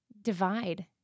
divide